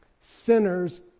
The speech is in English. sinners